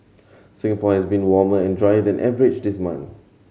Singapore has been warmer and drier than average this month